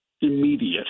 immediate